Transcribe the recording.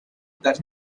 that